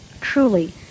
Truly